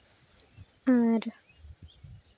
ᱟᱨ